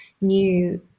new